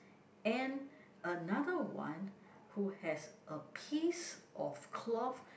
and another one who has a piece of cloth